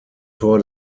tor